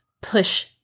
push